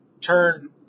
turn